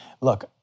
Look